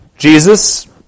Jesus